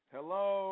Hello